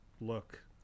look